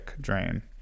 drain